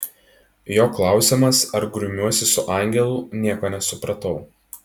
jo klausiamas ar grumiuosi su angelu nieko nesupratau